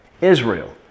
Israel